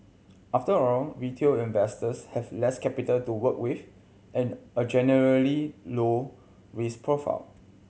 after all retail investors have less capital to work with and a generally low risk profile